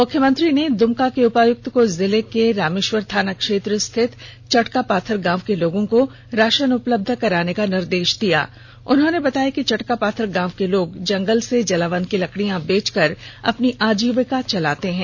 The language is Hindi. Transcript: मुख्यमंत्री ने दूमका के उपायुक्त को जिले के रामेष्वर थाना क्षेत्र स्थित चटकापाथर गांव के लोगों को राषन उपलब्ध कराने का निर्देष दिया उन्होंने बताया कि चटकापाथर गांव के लोगों जंगल से जलावन की लकड़िया बेच कर अपनी आजीविका चलाते है